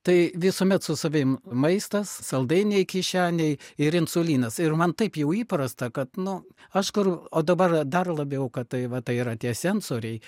tai visuomet su savim maistas saldainiai kišenėj ir insulinas ir man taip jau įprasta kad nu aš kur o dabar dar labiau kad tai va tai yra tie sensoriai